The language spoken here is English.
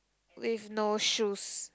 with no shoes